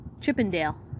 Chippendale